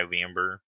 November